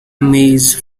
maze